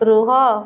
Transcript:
ରୁହ